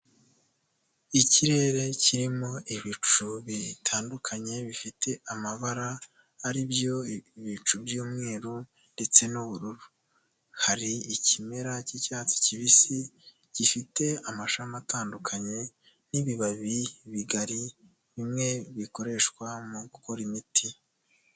Ikirere kirimo ibicu bitandukanye bifite amabara aribyo ibicu by'umweru ndetse n'ubururu, hari ikimera cy'icyatsi kibisi gifite amashami atandukanye, n'ibibabi bigari bimwe bikoreshwa mugu gukora imiti.